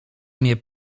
mnie